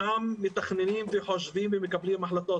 שם מתכננים וחושבים ומקבלים החלטות.